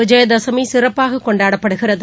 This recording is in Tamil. விஜயதசமிசிறப்பாககொண்டாடப்படுகிறது